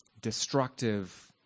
destructive